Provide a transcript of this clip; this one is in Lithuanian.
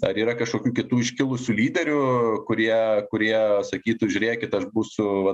ar yra kažkokių kitų iškilusių lyderių kurie kurie sakytų žiūrėkit aš būsiu va